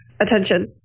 attention